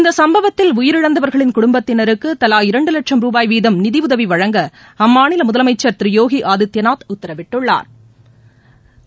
இந்த சம்பவத்தில் உயிரிழந்தவா்களின் குடும்பத்தினருக்கு தவா இரண்டு வட்சும் ரூபாய் வீதம் நிதி உதவி வழங்க அம்மாநில முதலமைச்சா் யோகி ஆதித்யநாத் உத்தரவிட்டுள்ளாா்